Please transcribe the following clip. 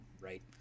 right